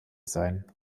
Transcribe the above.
sein